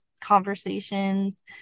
conversations